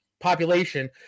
population